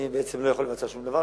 אני בעצם לא יכול לבצע שום דבר,